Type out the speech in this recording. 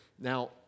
Now